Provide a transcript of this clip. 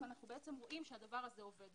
אנחנו רואים שהדבר הזה עובד.